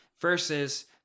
Versus